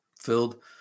Filled